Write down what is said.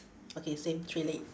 okay same three leg